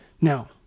now